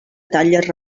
talles